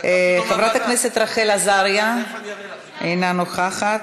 תכף אני אראה לך.